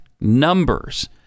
numbers